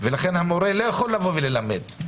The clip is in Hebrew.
ולכן המורה לא יכול לבוא ללמד.